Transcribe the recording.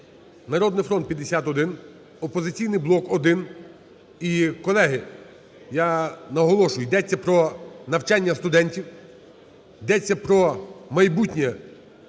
"Народний фронт" – 51, "Опозиційний блок" – 1… І, колеги, я наголошую, йдеться про навчання студентів, йдеться про майбутнє